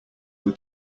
your